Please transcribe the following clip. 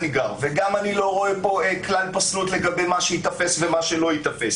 וגם אני לא רואה פה כלל פסלות לגבי מה שייתפס ומה שלא ייתפס.